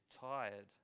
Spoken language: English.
tired